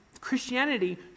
Christianity